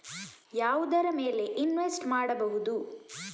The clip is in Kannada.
ಯಾವುದರ ಮೇಲೆ ಇನ್ವೆಸ್ಟ್ ಮಾಡಬಹುದು?